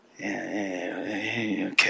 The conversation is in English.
Okay